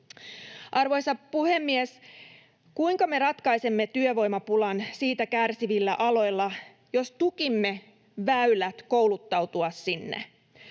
Arvoisa puhemies! Kuinka me ratkaisemme työvoimapulan siitä kärsivillä aloilla, jos tukimme väylät kouluttautua sinne?